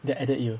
that added you